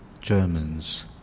Germans